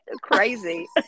Crazy